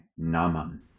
Naman